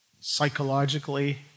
psychologically